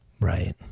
Right